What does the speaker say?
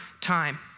time